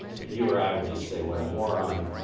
you or i would just say, what a moron!